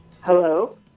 Hello